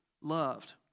loved